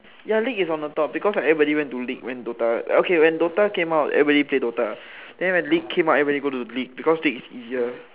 ya league is on the top because everybody went to league when DOTA okay when DOTA came out everybody play DOTA when league came out everybody go to league because league is easier